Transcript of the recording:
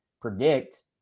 predict